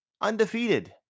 undefeated